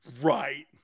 Right